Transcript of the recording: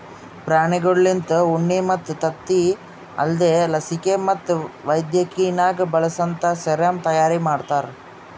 ಪ್ರಾಣಿಗೊಳ್ಲಿಂತ ಉಣ್ಣಿ ಮತ್ತ್ ತತ್ತಿ ಅಲ್ದೇ ಲಸಿಕೆ ಮತ್ತ್ ವೈದ್ಯಕಿನಾಗ್ ಬಳಸಂತಾ ಸೆರಮ್ ತೈಯಾರಿ ಮಾಡ್ತಾರ